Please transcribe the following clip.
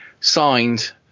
Signed